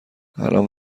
الآن